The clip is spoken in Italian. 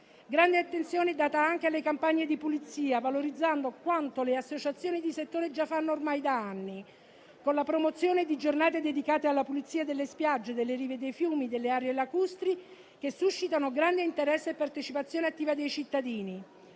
Grande attenzione è data anche alle campagne di pulizia, valorizzando quanto le associazioni di settore già fanno ormai da anni con la promozione di giornate dedicate alla pulizia delle spiagge, delle rive dei fiumi e delle aree lacustri, che suscitano grande interesse e partecipazione attiva dei cittadini.